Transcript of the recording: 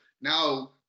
now